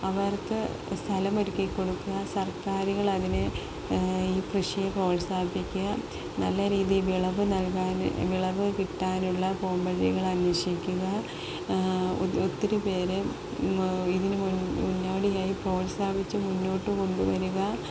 അവർക്ക് സ്ഥലമൊരുക്കിക്കൊടുക്കുക സർക്കാരുകൾ അതിനെ ഈ കൃഷിയെ പ്രോത്സാഹിപ്പിക്കുക നല്ല രീതിയില് വിളവ് നൽകാന് വിളവ് കിട്ടാനുള്ള പോംവഴികൾ അന്വേഷിക്കുക ഒത്തിരി പേരെ ഇതിന് മുന്നോടിയായി പ്രോത്സാഹിപ്പിച്ച് മുന്നോട്ട് കൊണ്ടുവരിക